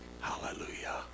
Hallelujah